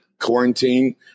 quarantine